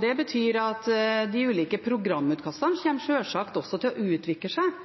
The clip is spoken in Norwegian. Det betyr at de ulike programutkastene sjølsagt kommer til å utvikle seg